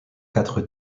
quatre